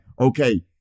okay